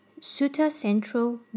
sutacentral